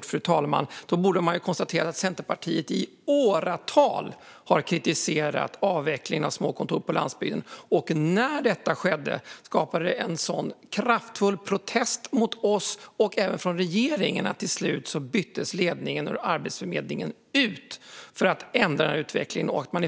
fru talman, borde man kunna konstatera att Centerpartiet i åratal har kritiserat avvecklingen av små kontor på landsbygden. Och när detta skedde skapade det en sådan kraftfull protest mot oss, även från regeringen, att ledningen för Arbetsförmedlingen till slut byttes ut för att utvecklingen skulle ändras.